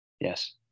Yes